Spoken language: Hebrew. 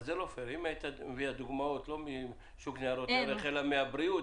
אם היא הייתה מביאה דוגמאות לא משוק ניירות ערך אלא מהבריאות,